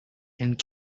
and